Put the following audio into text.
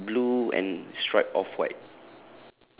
so it's blue and stripe of white